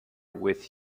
with